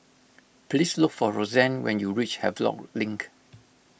please look for Roxane when you reach Havelock Link